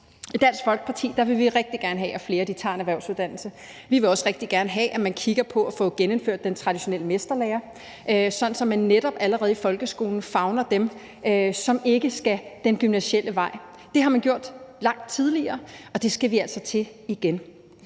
I Dansk Folkeparti vil vi rigtig gerne have, at flere tager en erhvervsuddannelse, og vi vil også rigtig gerne have, at man kigger på at få genindført den traditionelle mesterlære, sådan at man netop allerede i folkeskolen favner dem, som ikke skal den gymnasiale vej. Det har man gjort langt tidligere, og det skal vi altså til igen.